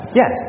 yes